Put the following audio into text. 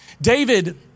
David